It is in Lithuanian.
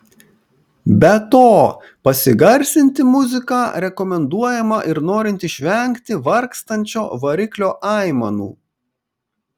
be to pasigarsinti muziką rekomenduojama ir norint išvengti vargstančio variklio aimanų